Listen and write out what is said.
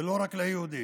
ולא רק ליהודים.